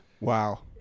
Wow